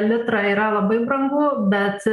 litrą yra labai brangu bet